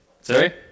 Sorry